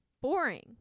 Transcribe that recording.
boring